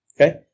Okay